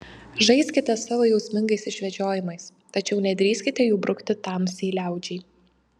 žaiskite savo jausmingais išvedžiojimais tačiau nedrįskite jų brukti tamsiai liaudžiai